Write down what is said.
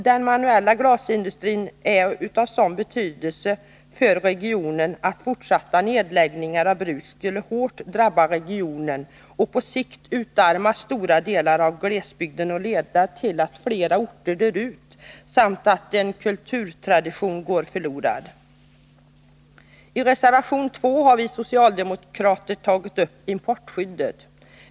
Den manuella glasindustrin är av sådan betydelse för regionen att fortsatta nedläggningar av bruk skulle hårt drabba regionen, på sikt utarma stora delar av glesbygden och leda till att flera orter dör ut, varvid en kulturtradition går förlorad. I reservation 2 har vi socialdemokrater tagit upp importskyddet.